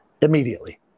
Immediately